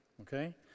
okay